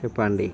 చెప్పండి